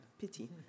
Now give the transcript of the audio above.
Pity